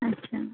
अच्छा